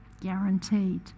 Guaranteed